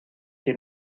que